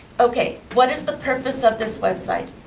okay, what is the purpose of this website?